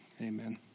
amen